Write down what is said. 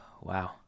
wow